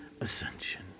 ascension